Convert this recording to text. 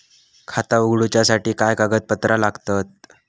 खाता उगडूच्यासाठी काय कागदपत्रा लागतत?